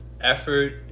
Effort